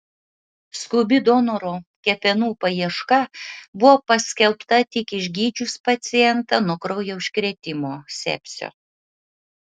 skubi donoro kepenų paieška buvo paskelbta tik išgydžius pacientą nuo kraujo užkrėtimo sepsio